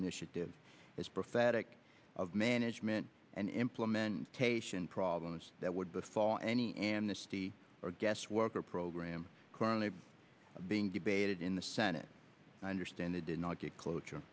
initiative as prophetic of management and implementation problems that would befall any amnesty or guest worker program currently being debated in the senate i understand they did not get clo